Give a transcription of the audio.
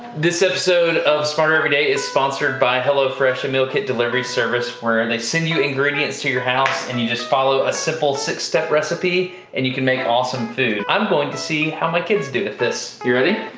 this episode of smarter everyday is sponsored by hello fresh, a meal kit delivery service, where and they send you ingredients to your house, and you just follow a simple six step recipe. and you can make awesome food. i'm going to see how my kids do with this, you ready?